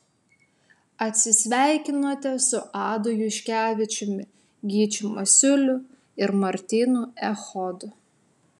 atsisveikinote su adu juškevičiumi gyčiu masiuliu ir martynu echodu